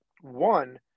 one